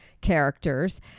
characters